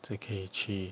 只可以去